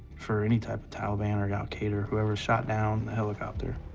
for any type of taliban or al-qaeda or whoever shot down the helicopter.